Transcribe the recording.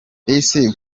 ese